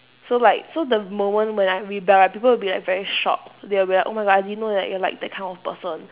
so like so the moment when I rebel right people will be like very shocked they will be like oh my god I didn't know that you're like that kind of person